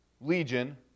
legion